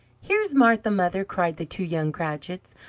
here's martha, mother! cried the two young cratchits.